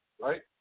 right